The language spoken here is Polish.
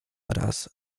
raz